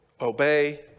obey